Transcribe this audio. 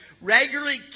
regularly